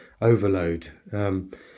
overload